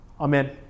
Amen